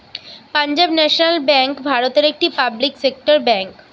Punjab national bank ভারতের একটি public sector bank